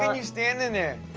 you stand in there?